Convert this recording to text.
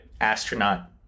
astronaut